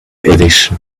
edition